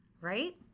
Right